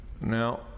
Now